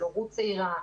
של הורות צעירה,